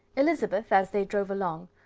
elizabeth, as they drove along,